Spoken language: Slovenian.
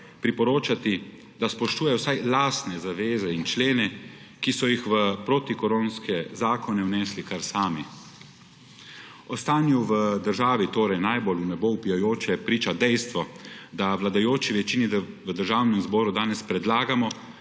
priporočati, da spoštuje vsaj lastne zaveze in člene, ki so jih v protikoronske zakone vnesli kar sami? O stanju v državi torej najbolj v nebo vpijoče priča dejstvo, da vladajoči večini v Državnem zboru danes predlagamo,